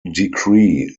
decree